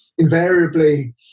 invariably